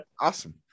awesome